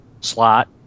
slot